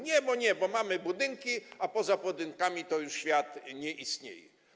Nie, bo nie, bo mamy budynki, a poza budynkami to już świat nie istnieje.